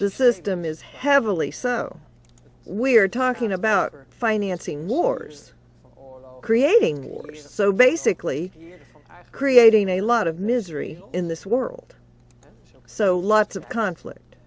the system is heavily so we are talking about financing wars creating so basically creating a lot of misery in this world so lots of conflict